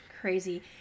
Crazy